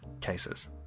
cases